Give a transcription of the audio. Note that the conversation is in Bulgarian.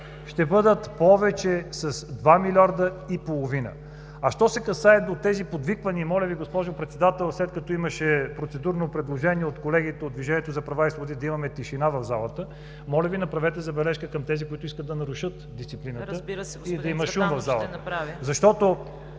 ще бъдат повече с 2,5 милиарда. Що се касае до тези подвиквания, моля Ви, госпожо Председател, след като имаше процедурно предложение от колегите от „Движението за права и свободи“ да имаме тишина в залата, моля Ви, направете забележка към тези, които искат да нарушат дисциплината и да има шум в залата.